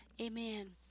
Amen